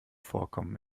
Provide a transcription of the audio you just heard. vorkommen